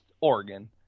Oregon